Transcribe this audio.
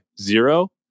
Zero